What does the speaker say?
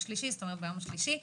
זאת אומרת ביום השלישי,